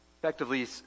effectively